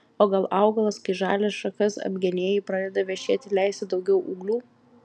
o gal augalas kai žalias šakas apgenėji pradeda vešėti leisti daugiau ūglių